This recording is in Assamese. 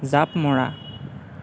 জাপ মৰা